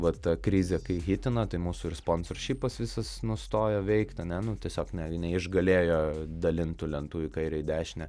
va ta krizė kai hitino tai mūsų ir sponsoršipas visas nustojo veikt ane nu tiesiog ne neišgalėjo dalint tų lentų į kairę į dešinę